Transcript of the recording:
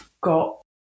got